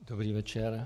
Dobrý večer.